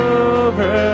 over